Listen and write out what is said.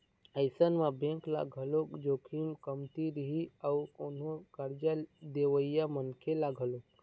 अइसन म बेंक ल घलोक जोखिम कमती रही अउ कोनो करजा देवइया मनखे ल घलोक